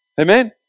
Amen